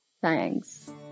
Thanks